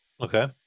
Okay